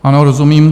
Ano, rozumím.